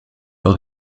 par